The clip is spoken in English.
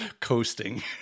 coasting